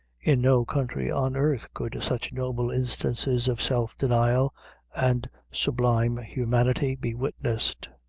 in no country on earth could such noble instances of self-denial and sublime humanity be witnessed.